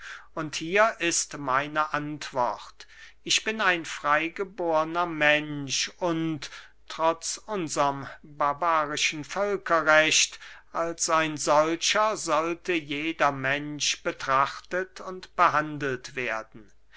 und hier ist meine antwort ich bin ein freygeborner mensch und trotz unserm barbarischen völkerrecht als ein solcher sollte jeder mensch betrachtet und behandelt werden